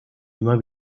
immer